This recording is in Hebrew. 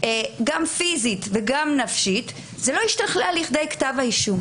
לא משתכללת לכדי כתב אישום.